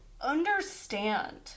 Understand